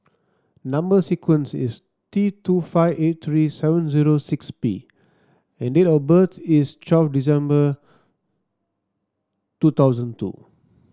number sequence is T two five eight three seven zero six P and date of birth is twelve December two thousand two